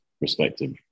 respective